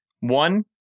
One